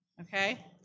Okay